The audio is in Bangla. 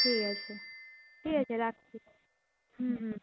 ঠিক আছে ঠিক আছে রাখছি হুম হুম